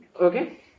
okay